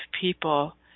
people